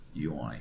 UI